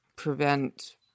prevent